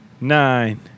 Nine